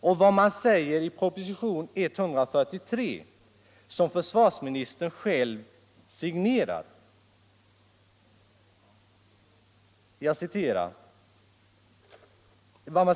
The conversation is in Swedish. Och vad säger man i propositionen 143 som försvarsministern själv signerat?